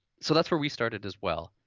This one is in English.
so that's where we started as well.